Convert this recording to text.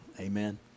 Amen